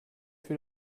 für